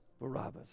Barabbas